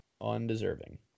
Undeserving